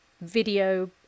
video